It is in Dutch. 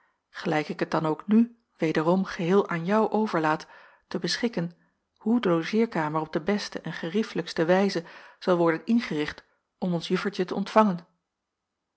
gelijk ik het dan ook nu wederom geheel aan jou overlaat te beschikken hoe de logeerkamer op de beste en geriefelijkste wijze zal worden ingericht om ons juffertje te ontvangen